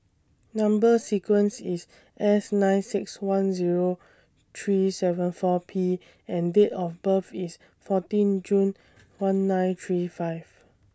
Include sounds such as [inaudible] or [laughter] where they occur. [noise] Number sequence IS S nine six one Zero three seven four P and Date of birth IS fourteen June one nine three five